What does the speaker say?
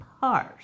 parse